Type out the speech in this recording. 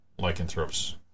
lycanthropes